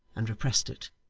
and repressed it.